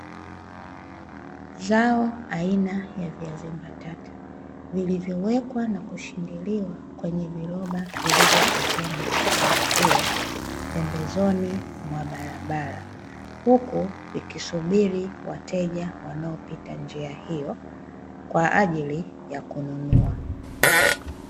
Zao aina ya viazi mbatata, vilivyowekwa na kushindiliwa kwenye viroba vilivyosheheni zao hilo pembezoni mwa barabara, huku ikisubiri wateja wanaopita njia hiyo kwaajili ya kununua.